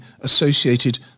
associated